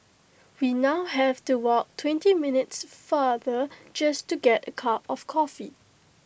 we now have to walk twenty minutes farther just to get A cup of coffee